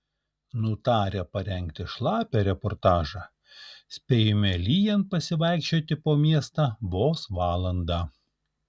nutarę parengti šlapią reportažą spėjome lyjant pasivaikščioti po miestą vos valandą